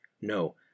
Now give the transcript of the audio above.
No